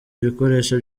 ibikoresho